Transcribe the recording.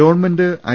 government I